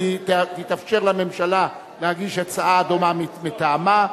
ויתאפשר לממשלה להגיש הצעה דומה מטעמה.